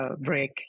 break